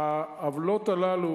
העוולות האלה,